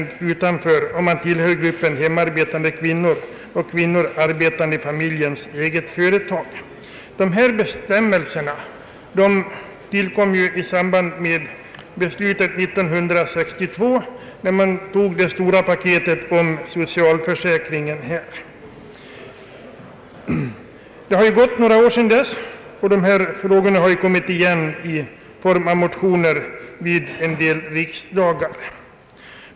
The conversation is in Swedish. Den som tillhör gruppen hemarbetande kvinnor och kvinnor arbetande i familjens eget företag är ställd utanför. Dessa bestämmelser tillkom i samband med beslutet 1962, när man tog det stora paketet om socialförsäkring. Det har gått några år sedan dess, och frågan har kommit igen i form av motioner vid en del riksdagar.